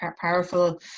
powerful